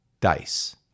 dice